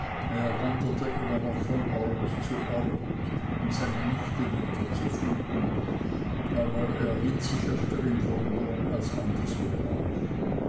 wanderte immer noch von ort zu ort um seine nichte wiederzufinden aber er hielt sich öfter in london als anderswo auf